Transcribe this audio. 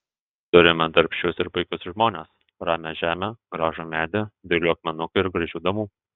turime darbščius ir puikius žmones ramią žemę gražų medį dailių akmenukų ir gražių damų